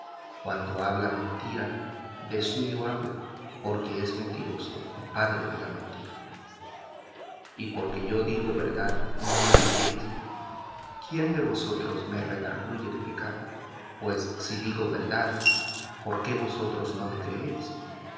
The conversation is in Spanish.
cuando habla mentira de suyo habla porque es mentiroso y padre de mentira y porque yo digo verdad no me creéis quién de vosotros me redarguye de pecado pues si digo verdad por qué vosotros no me creéis